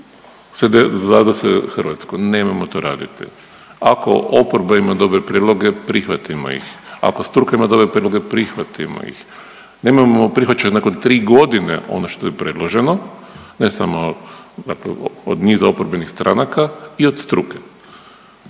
zadesile Hrvatsku, nemojmo to raditi. Ako oporba ima dobre prijedloge prihvatimo ih, ako struka ima dobre prijedloge prihvatimo ih. Nemojmo prihvaćati nakon tri godine ono što je predloženo ne samo, dakle od niza oporbenih stranaka i od struke.